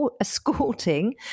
escorting